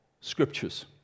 scriptures